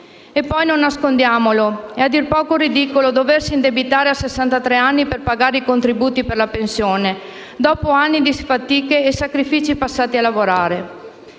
E poi, non nascondiamolo: è a dir poco ridicolo doversi indebitare a sessantatré anni per pagare i contributi per la pensione, dopo anni di fatiche e sacrifici passati a lavorare.